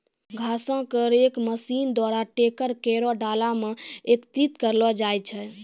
घासो क rake machine द्वारा ट्रैकर केरो डाला म एकत्रित करलो जाय छै